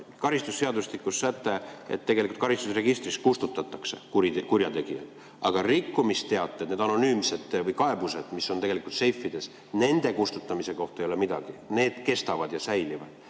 karistusseadustikus säte, et tegelikult karistusregistrist kustutatakse kurjategijad, aga rikkumisteated, need anonüümsed kaebused, mis on tegelikult seifides, nende kustutamise kohta ei ole midagi, need kestavad ja säilivad.